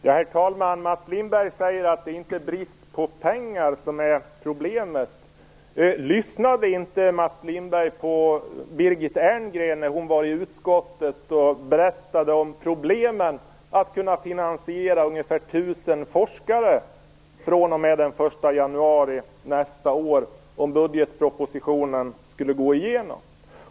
Herr talman! Mats Lindberg säger att det inte är brist på pengar som är problemet. Lyssnade inte Mats Lindberg på Birgit Erngren när hon i utskottet berättade om problemen med att kunna finansiera ungefär 1 000 forskartjänster fr.o.m. den 1 januari nästa år om budgetpropositionen skulle gå igenom.